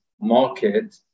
market